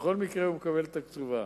בכל מקרה הוא מקבל את הקצובה.